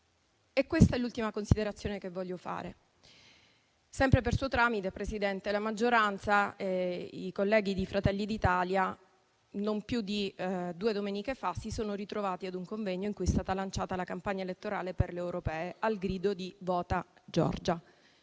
Questa è l'ultima considerazione che voglio fare, sempre per suo tramite, Presidente. La maggioranza e i colleghi di Fratelli d'Italia non più di due domeniche fa si sono ritrovati ad un convegno in cui è stata lanciata la campagna elettorale per le europee, al grido di «Vota Giorgia».